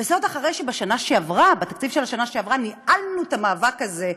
וזה עוד אחרי שבתקציב של השנה שעברה ניהלו את המאבק הזה,